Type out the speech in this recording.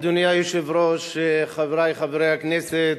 אדוני היושב-ראש, חברי חברי הכנסת,